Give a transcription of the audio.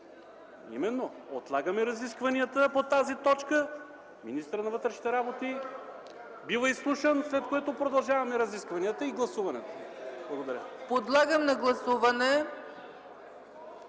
Именно, отлагаме разискванията по тази точка, министърът на вътрешните работи бива изслушан, след което продължаваме разискванията и гласуването. Благодаря. ПРЕДСЕДАТЕЛ ЦЕЦКА